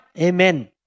Amen